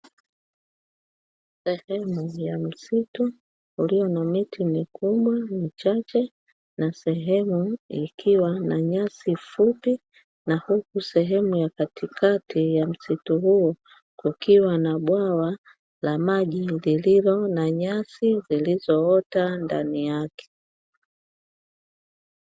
Sehemu ya misitu iliyo na miti mikubwa michache, na sehemu ikiwa na nyasi fupi na huku sehemu ya katikati ya msitu huu kukiwa na bwawa la maji lililo na nyasi zilizoota ndani yake.